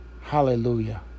hallelujah